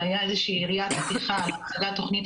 והיה איזושהי יריית פתיחה להחלת תכנית